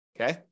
okay